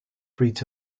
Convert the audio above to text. breeds